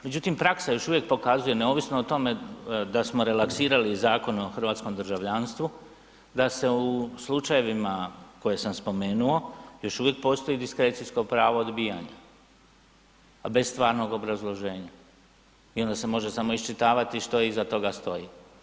Međutim praksa još u vijek pokazuje neovisno o tome da smo relaksirali Zakon o hrvatskom državljanstvu, da se u slučajevima koje sam spomenuo još uvijek postoji diskrecijsko pravo odbijanja, a bez stvarnog obrazloženja i onda se može samo iščitavati što iza toga stoji.